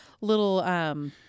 little